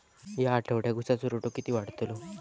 या आठवड्याक उसाचो रेट किती वाढतलो?